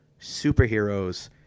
superheroes